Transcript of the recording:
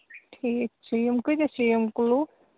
ٹھیٖک چھُ یِم کۭتِس چھِ یِم کٔلوٗ